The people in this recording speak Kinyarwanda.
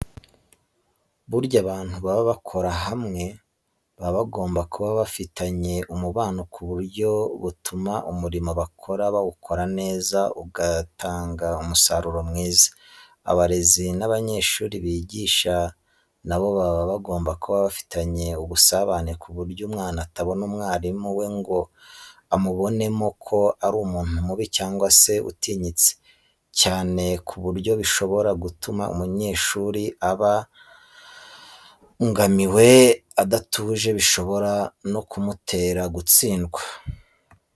Burya abantu baba bakora hamwe baba bagomba kuba bafitanye umubano ku buryo butuma umurimo bakora bawukora neza ugatanga umusaruro mwiza. Abarezi n'abanyeshuri bigisha na bo baba bagomba kuba bafitanye ubusabane ku buryo umwana atabona umwarimu we ngo amubonemo ko ari umuntu mubi cyangwa se utinyitse cyane ku buryo bishobora gutuma umunyeshuri aba abangamiwe adatuje bishobora no kumutera gutsindwa.